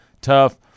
tough